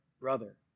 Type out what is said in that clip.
brother